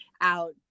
out